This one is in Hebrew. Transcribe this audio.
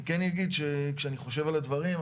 כשאני חושב על הדברים,